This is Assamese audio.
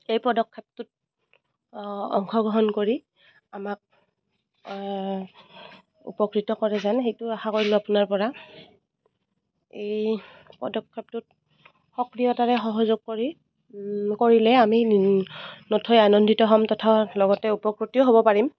এই পদক্ষেপটোত অংশগ্ৰহণ কৰি আমাক উপকৃত কৰে যেন সেইটো আশা কৰিলোঁ আপোনাৰ পৰা এই পদক্ষেপটোত সক্ৰিয়তাৰে সহযোগ কৰি কৰিলে আমি নথৈ আনন্দিত হ'ম তথা লগতে উপকৃতও হ'ব পাৰিম